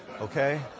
Okay